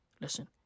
listen